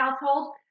household